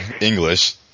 English